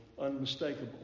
unmistakable